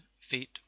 feet